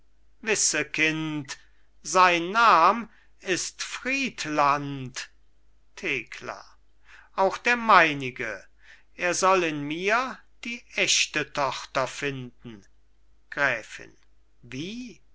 wisse kind sein nam ist friedland thekla auch der meinige er soll in mir die echte tochter finden gräfin wie